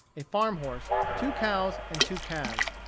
a farm-horse, two cows, and two calves.